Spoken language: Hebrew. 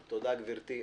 תודה, גברתי.